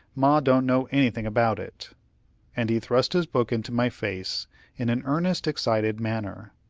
ma don't know anything about it and he thrust his book into my face in an earnest, excited manner.